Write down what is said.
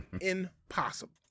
Impossible